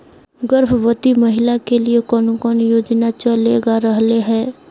गर्भवती महिला के लिए कौन कौन योजना चलेगा रहले है?